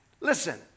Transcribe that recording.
Listen